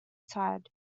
tide